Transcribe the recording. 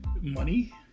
Money